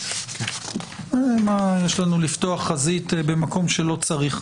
מה יש לנו לפתוח חזית במקום שלא צריך?